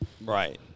Right